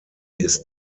ist